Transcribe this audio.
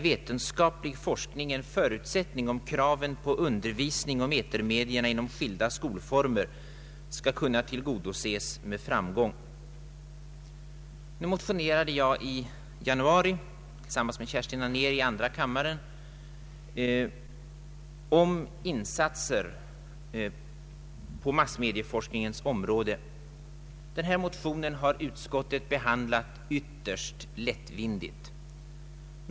Vetenskaplig forskning är en förutsättning, om kraven på undervisning om etermedierna inom skilda skolformer skall kunna tillgodoses med framgång. Jag motionerade i januari tillsammans med Kerstin Anér i andra kammaren om insatser på massmedieforskningens område. Utskottet har behandlat min motion ytterst lättvindigt.